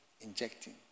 injecting